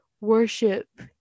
worship